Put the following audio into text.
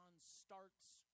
starts